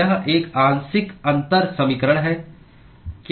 यह एक आंशिक अंतर समीकरण है